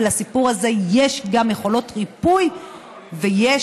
ולסיפור הזה יש גם יכולות ריפוי ויש